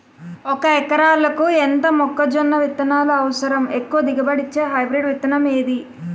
ఒక ఎకరాలకు ఎంత మొక్కజొన్న విత్తనాలు అవసరం? ఎక్కువ దిగుబడి ఇచ్చే హైబ్రిడ్ విత్తనం ఏది?